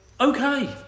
Okay